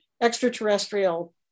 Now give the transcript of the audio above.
extraterrestrial